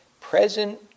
present